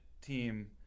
team